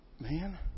Man